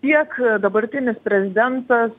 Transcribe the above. tiek dabartinis prezidentas